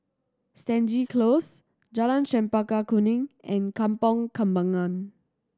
Stangee Close Jalan Chempaka Kuning and Kampong Kembangan